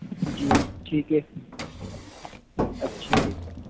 جی ٹھیک ہے اچھا